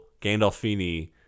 Gandolfini